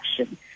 action